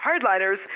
hardliners